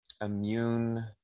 immune